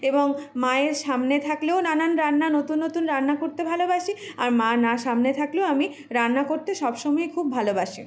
এবং মায়ের সামনে থাকলেও নানান রান্না নতুন নতুন রান্না করতে ভালোবাসি আর মা না সামনে থাকলেও আমি রান্না করতে সব সময়ই খুব ভালোবাসে